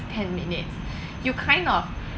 ten minutes you kind of